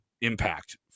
Impact